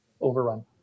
overrun